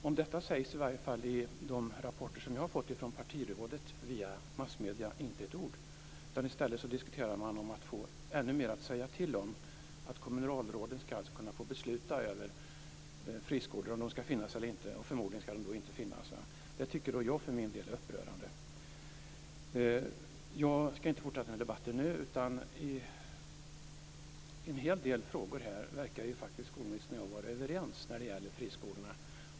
Om detta sägs inte ett ord i de rapporter som jag har fått från förtroenderådet via massmedierna. I stället diskuteras att man ska få ännu mer att säga till om, att kommunalråd ska kunna besluta över friskolor och om de ska finnas eller inte. Förmodligen ska de inte finnas. Jag tycker för min del att det är upprörande. Jag ska inte fortsätta den här debatten nu. Skolministern och jag verkar vara överens om en hel del frågor när det gäller friskolorna.